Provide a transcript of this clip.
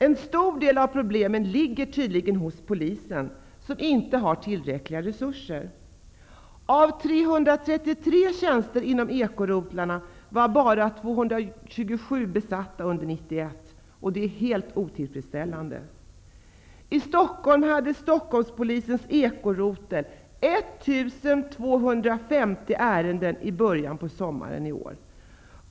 En stor del av problemen ligger tydligen hos polisen som inte har tillräckliga resurser. Av 333 tjänster inom ekorotlarna var bara 227 besatta under 1991, och det är helt otillfredsställande. Stockholmspolisens ekorotel hade 1 250 ärenden i början av sommaren.